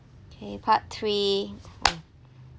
okay part three